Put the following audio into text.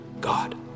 God